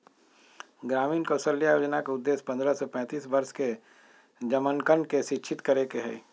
ग्रामीण कौशल्या योजना के उद्देश्य पन्द्रह से पैंतीस वर्ष के जमनकन के शिक्षित करे के हई